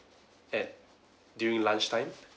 at during lunch time